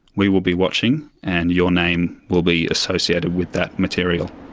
we will be watching, and your name will be associated with that material.